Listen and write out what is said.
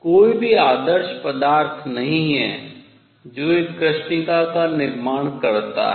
कोई भी आदर्श पदार्थ नहीं है जो एक कृष्णिका का निर्माण करता है